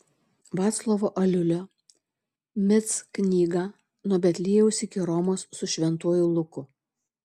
vaclovo aliulio mic knygą nuo betliejaus iki romos su šventuoju luku